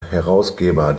herausgeber